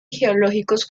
geológicos